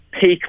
peak